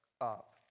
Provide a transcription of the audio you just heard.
up